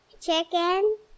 Chicken